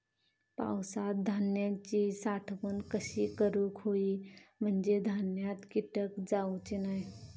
पावसात धान्यांची साठवण कशी करूक होई म्हंजे धान्यात कीटक जाउचे नाय?